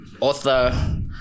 author